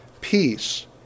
Peace